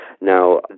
Now